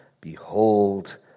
Behold